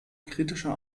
kritische